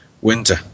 Winter